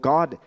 God